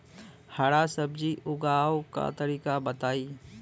हरा सब्जी उगाव का तरीका बताई?